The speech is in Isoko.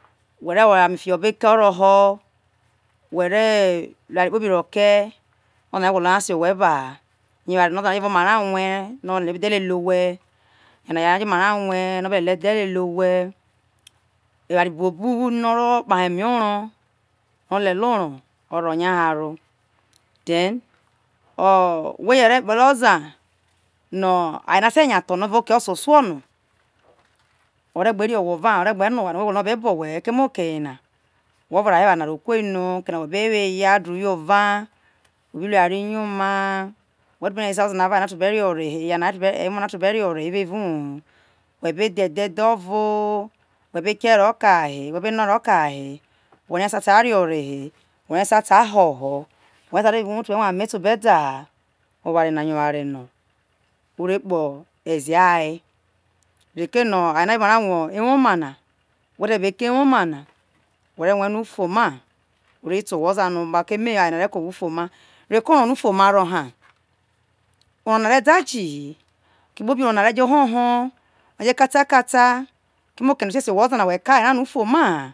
we re wo ame fio be kei oro ho whe re luo oware kpobi ro kei oza na gwolo nya si owhe ba ha yo eware no oza na jo omara rue no o je be dhe lele owhe eware no aye na jo oma ra rue no obe lelie dhe lele owhe eware buobu no oro kpabe eme oro ore le oro oro nya ha ro then o we ekpele oza no aye na te nya tho no evao oke oso suo no oke gbe ri owhe ova ha ore gbe no whe oware no we be wo no one bo we he keme oke yena we be we eya du yo ova webi lu eware yo ma wetu be rie no so oza na tu be re ore he emo na tu be re ore evao uwo ho we be dhe edhe edhe ovo we be no no kai he were ke so ata re ore he were so are hoho were rie so a be rue ame tu be da na oware na yo oware no ore kpo ezi aye reko no aye na jo evao mara rue ewoma na were nue no ufuoma ore te whe oza obo keme aye na re ko we ufuoma reko uwo no ufuoma ro ha uwo na re dha je hi oke kpobi uwo na re jo oho ho jo kata kata keme erao okeye na whe oza na we ke aye ra na ufuoma ha